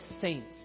saints